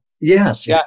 yes